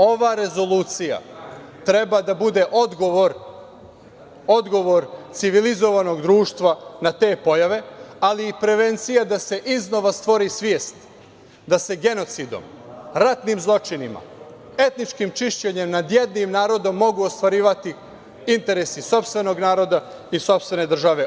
Ova rezolucija treba da bude odgovor civilizovanog društva na te pojave, ali i prevencija da se iznova stvori svest, da se genocidom, ratnim zločinima, etničkim čišćenjem nad jednim narodnom mogu ostvarivati interesi sopstvenog naroda i sopstvene države.